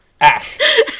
Ash